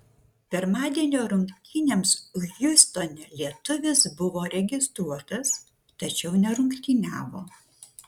pirmadienio rungtynėms hjustone lietuvis buvo registruotas tačiau nerungtyniavo